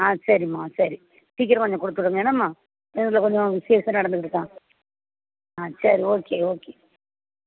ஆ சரிம்மா சரி சீக்கிரம் கொஞ்சம் கொடுத்து விடுங்க என்னம்மா இதில் கொஞ்சம் சீசன் நடந்துக்கிட்டு இருக்கா ஆ சரி ஓகே ஓகே